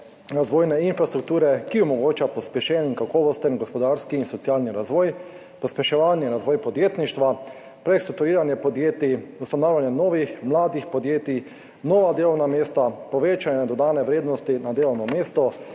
razvojne infrastrukture, ki omogoča pospešen in kakovosten gospodarski in socialni razvoj, pospeševanje in razvoj podjetništva, prestrukturiranje podjetij, ustanavljanje novih mladih podjetij, nova delovna mesta, povečanje dodane vrednosti na delovno mesto,